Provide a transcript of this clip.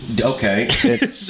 Okay